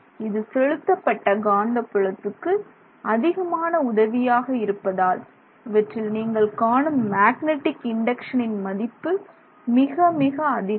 இது செலுத்தப்பட்ட காந்தப்புலத்துக்கு அதிகமான உதவியாக இருப்பதால் இவற்றில் நீங்கள் காணும் மேக்னடிக் இண்டக்சனின் மதிப்பு மிக மிக அதிகம்